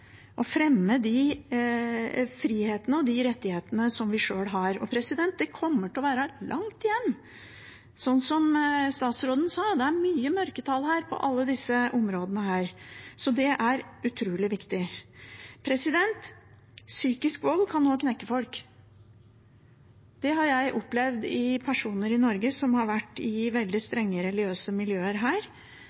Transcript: fremme de frihetene og rettighetene vi har sjøl. Det er langt igjen. Som statsråden sa: Det er mange mørketall på alle disse områdene. Så dette er utrolig viktig. Psykisk vold kan også knekke folk. Det har jeg opplevd med personer i Norge som har vært i veldig strenge religiøse miljøer,